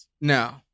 No